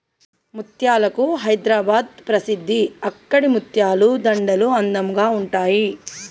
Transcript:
ముత్యాలకు హైదరాబాద్ ప్రసిద్ధి అక్కడి ముత్యాల దండలు అందంగా ఉంటాయి